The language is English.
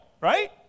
right